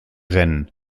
rennen